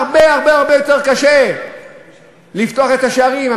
הרבה הרבה הרבה יותר קשה לפתוח את השערים.